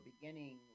beginning